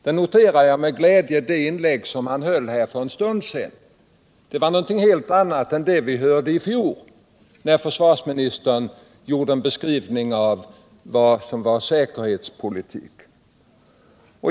Jag noterar med glädje det inlägg han höll här för en stund sedan. Det var någonting helt annat än det vi hörde i fjol, när försvarsministern beskrev vad som menades med säkerhetspolitik.